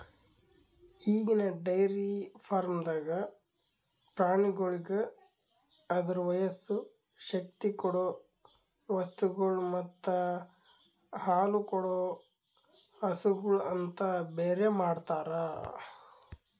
ಈಗಿನ ಡೈರಿ ಫಾರ್ಮ್ದಾಗ್ ಪ್ರಾಣಿಗೋಳಿಗ್ ಅದುರ ವಯಸ್ಸು, ಶಕ್ತಿ ಕೊಡೊ ವಸ್ತುಗೊಳ್ ಮತ್ತ ಹಾಲುಕೊಡೋ ಹಸುಗೂಳ್ ಅಂತ ಬೇರೆ ಮಾಡ್ತಾರ